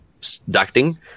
ducting